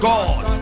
God